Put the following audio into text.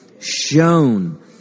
shown